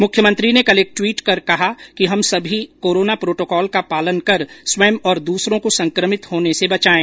मुख्यमंत्री ने कल एक ट्वीट कर कहा कि हम सभी कोरोना प्रोटोकॉल का पालन कर स्वयं और दूसरों को संक्रमित होने से बचाएं